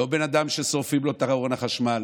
לא בן אדם ששורפים לו את ארון החשמל,